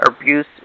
abuse